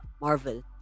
Marvel